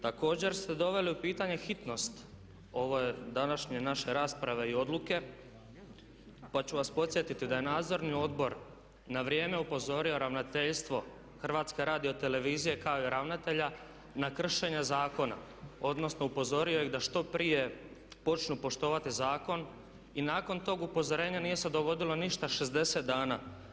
Također ste doveli u pitanje hitnost ove današnje naše rasprave i odluke, pa ću vas podsjetiti da je Nadzorni odbor na vrijeme upozorio ravnateljstvo HRT-a kao i ravnatelja na kršenje zakona, odnosno upozorio ih da što prije počnu poštovati zakon i nakon tog upozorenja nije se dogodilo ništa 60 dana.